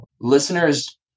Listeners